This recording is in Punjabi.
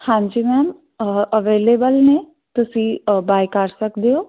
ਹਾਂਜੀ ਮੈਮ ਅਵੇਲੇਬਲ ਨੇ ਤੁਸੀਂ ਬਾਏ ਕਰ ਸਕਦੇ ਹੋ